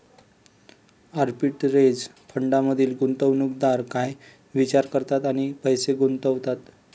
Arbitrage फंडांमधील गुंतवणूकदार काय विचार करतात आणि पैसे गुंतवतात?